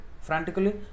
frantically